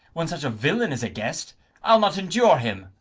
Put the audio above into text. when such a villain is a guest i'll not endure him.